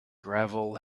gravel